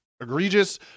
egregious